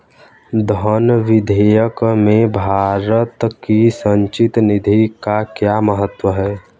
धन विधेयक में भारत की संचित निधि का क्या महत्व है?